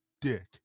dick